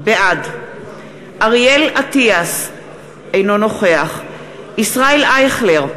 בעד אריאל אטיאס, אינו נוכח ישראל אייכלר,